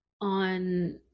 on